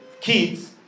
kids